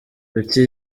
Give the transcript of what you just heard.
kuki